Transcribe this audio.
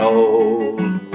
old